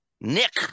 Nick